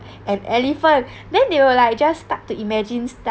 an elephant then they'll like just start to imagine stuff